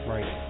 Right